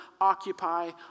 occupy